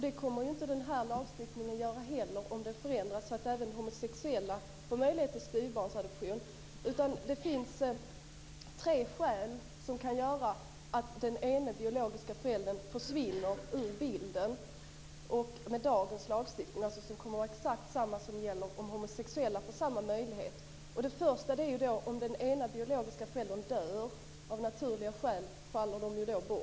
Det kommer lagstiftningen inte heller att göra om den förändras så att även homosexuella får möjlighet till styvbarnsadoption. Det finns tre skäl till att den ena biologiska föräldern kan försvinna ur bilden med dagens lagstiftning. Exakt samma sak kommer att gälla om homosexuella får samma möjlighet. Det första är om den ena biologiska föräldern dör. Av naturliga skäl faller de då bort.